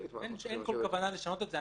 אין כל כוונה לשנות את זה,